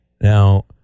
Now